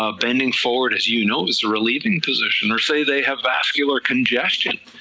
ah bending forward as you know is a relieving position, or say they have vascular congestion,